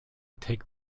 take